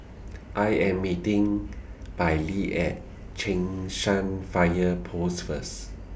I Am meeting Bailee At Cheng San Fire Post First